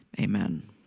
Amen